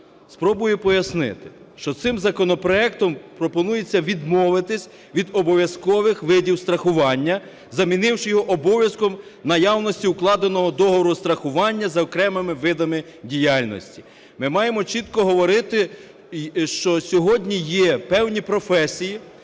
Спробую пояснити, що цим законопроектом пропонується відмовитись від обов'язкових видів страхування, замінивши його обов'язком наявності укладеного договору страхування за окремими видами діяльності. Ми маємо чітко говорити, що сьогодні є певні професії,